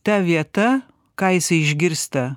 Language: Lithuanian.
ta vieta ką jisai išgirsta